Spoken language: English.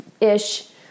ish